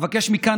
אבקש מכאן,